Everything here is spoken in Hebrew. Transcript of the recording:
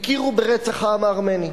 הכירו ברצח העם הארמני.